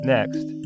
Next